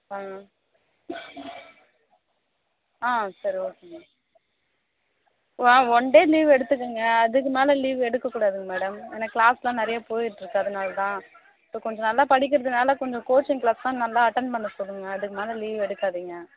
ஆ ஆ சரி ஓகேங்க ஆ ஒன் டே லீவ் எடுத்துக்கோங்க அதுக்கு மேலே லீவ் எடுக்கக்கூடாதுங்க மேடம் ஏனால் க்ளாஸ்லாம் நிறைய போயிட்டுருக்கு அதனால் தான் இப்போ கொஞ்சம் நல்லா படிக்கறதுனால் கொஞ்சம் கோச்சிங் க்ளாஸ்லாம் நல்லா அட்டன் பண்ண சொல்லுங்கள் அதுக்கு மேலே லீவ் எடுக்காதீங்க